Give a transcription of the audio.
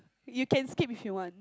you can skip if you want